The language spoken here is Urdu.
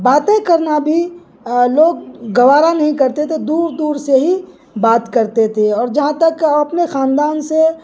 باتیں کرنا بھی لوگ گوارہ نہیں کرتے تھے دور دور سے ہی بات کرتے تھے اور جہاں تک اپنے خاندان سے